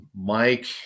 Mike